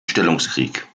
stellungskrieg